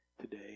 today